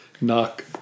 knock